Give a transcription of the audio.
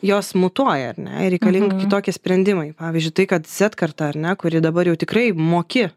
jos mutuoja ar ne ir reikalingi kitokie sprendimai pavyzdžiui tai kad zetkarta ar ne kuri dabar jau tikrai moki